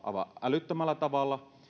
älyttömällä tavalla